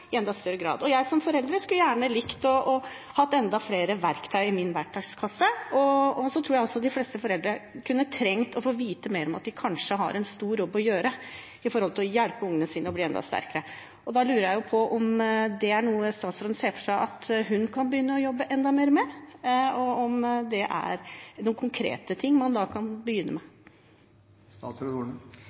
i enda større grad. Jeg som forelder skulle gjerne likt å ha enda flere verktøy i min verktøykasse, og jeg tror de fleste foreldre kunne trengt å få vite mer om at de kanskje har en stor jobb å gjøre for å hjelpe ungene sine å bli enda sterkere. Jeg lurer på om det er noe statsråden ser for seg at hun kan begynne å jobbe enda mer med, og om det er noen konkrete ting man kan begynne med.